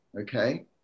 okay